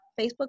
Facebook